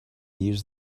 use